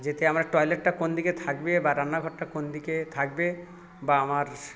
যেতে আমার টয়লেটটা কোন দিকে থাকবে বা রান্নাঘরটা কোন দিকে থাকবে বা আমার